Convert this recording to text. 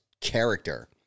character